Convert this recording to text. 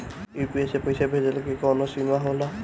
UPI से पईसा भेजल के कौनो सीमा होला?